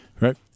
Right